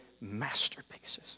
masterpieces